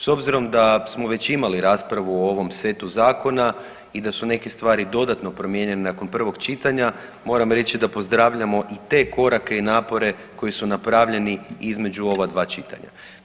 S obzirom da smo već imali raspravu o ovom setu zakona i da su neke stvari dodatno promijenjene nakon prvog čitanja, moram reći da pozdravljamo i te korake i napore koji su napravljeni između ova dva čitanja.